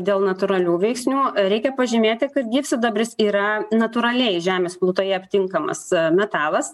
dėl natūralių veiksnių reikia pažymėti kad gyvsidabris yra natūraliai žemės plutoje aptinkamas metalas